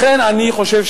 לכן אני חושב,